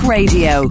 Radio